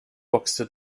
boxte